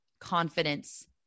confidence